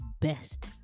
best